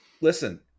Listen